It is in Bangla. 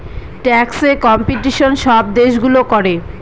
ট্যাক্সে কম্পিটিশন সব দেশগুলো করে